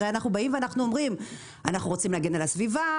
הרי אנחנו באים ואנחנו אומרים שאנחנו רוצים להגן על הסביבה,